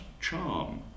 charm